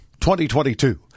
2022